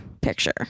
picture